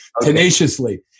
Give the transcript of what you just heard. tenaciously